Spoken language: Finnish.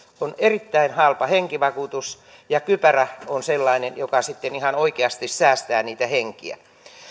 on erittäin halpa henkivakuutus ja kypärä on sellainen joka sitten ihan oikeasti säästää niitä henkiä